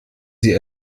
sie